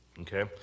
okay